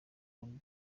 umuriro